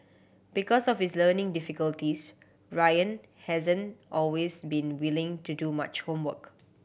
because of his learning difficulties Ryan hasn't always been willing to do much homework